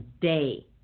day